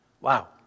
Wow